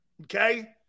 Okay